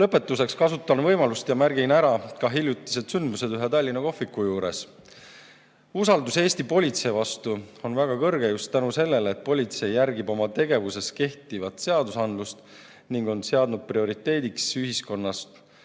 Lõpetuseks kasutan võimalust ja märgin ära hiljutised sündmused ühe Tallinna kohviku juures. Usaldus Eesti politsei vastu on väga kõrge just tänu sellele, et politsei järgib oma tegevuses kehtivat seadusandlust ning on seadnud prioriteediks ühiskonnas